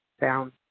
down